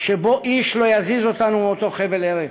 שבו איש לא יזיז אותנו מאותו חבל ארץ.